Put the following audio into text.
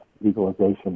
legalization